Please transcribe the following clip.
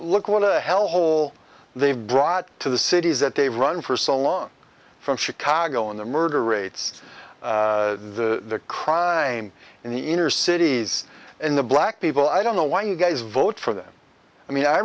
look what the hell hole they've brought to the cities that they've run for so long from chicago in the murder rates the crime in the inner cities in the black people i don't know why you guys vote for them i mean i